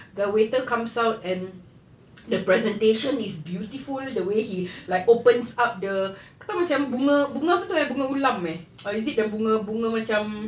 the waiter comes out and the presentation is beautiful the way he like opens up the kau tahu macam bunga-bunga apa tu eh bunga ulam eh or is it the bunga-bunga macam